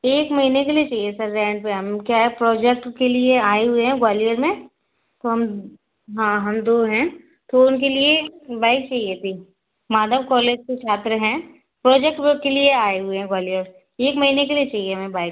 एक महीने के लिए चाहिए सर रेंट पर हमें क्या है प्रोजेक्ट के लिए आए हुए हैं ग्वालियर में तो हम हाँ हम दो हैं तो उनके लिए बाइक चाहिए थी माधव कॉलेज के छात्र हैं प्रोजेक्ट वर्क के लिए आए हुए हैं ग्वालियर एक महीने के लिए चाहिए हमें बाइक